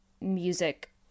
music